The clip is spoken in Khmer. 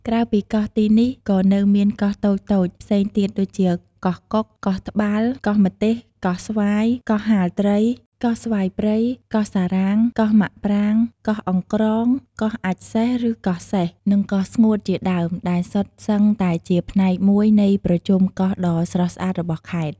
ក្រៅពីកោះពីនេះ ក៏នៅមានកូនកោះតូចៗផ្សេងទៀតដូចជា កោះកុក កោះត្បាល់ កោះម្ទេស កោះស្វាយ កោះហាលត្រី កោះស្វាយព្រៃ កោះសារ៉ាង កោះម៉ាកប្រាង កោះអង្គ្រង កោះអាចម៍សេះ ឬ កោះសេះ និង កោះស្ងួត ជាដើម ដែលសុទ្ធសឹងតែជាផ្នែកមួយនៃប្រជុំកោះដ៏ស្រស់ស្អាតរបស់ខេត្ត។